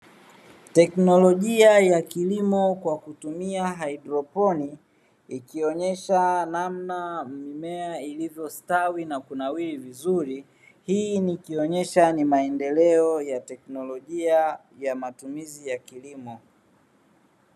Teknolojia ya kilimo kwa kutumia haidroponi ikionyesha namna mimea ilivyostawi na kunawiri vizuri, hii ikionyesha maendeleo ya teknolojia ya matumizi ya kilimo.